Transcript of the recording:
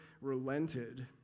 relented